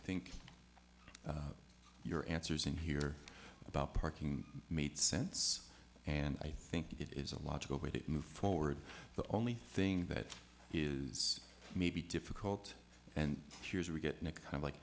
think your answers in here about parking made sense and i think it is a logical way to move forward the only thing that is maybe difficult and here's we get in a kind of like